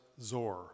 Zor